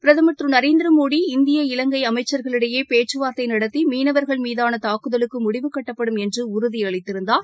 பிரதமர் திரு நரேந்திர மோடி இந்திய இலங்கை அமைச்சர்களிடையே பேச்சு வார்த்தை நடத்தி மீனவர்கள் மீதாள தாக்குதலுக்கு முடிவு கட்டப்படும் என்று உறுதியளித்திருந்தார்